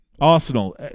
Arsenal